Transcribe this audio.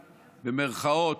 במירכאות,